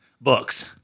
Books